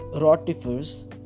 rotifers